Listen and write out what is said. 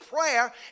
prayer